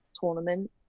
tournament